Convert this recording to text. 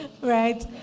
right